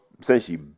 essentially